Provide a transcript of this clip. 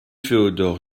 féodor